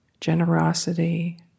Generosity